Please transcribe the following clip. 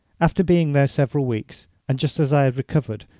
after being there several weeks, and just as i had recovered,